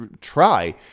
try